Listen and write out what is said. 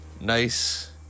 nice